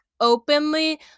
openly